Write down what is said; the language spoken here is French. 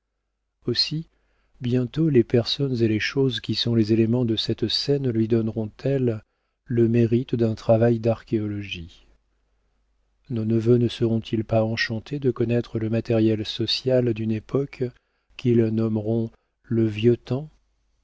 aussi bientôt les personnes et les choses qui sont les éléments de cette scène lui donneront elles le mérite d'un travail d'archéologie nos neveux ne seront-ils pas enchantés de connaître le matériel social d'une époque qu'ils nommeront le vieux temps